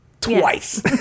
twice